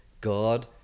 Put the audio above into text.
God